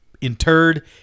interred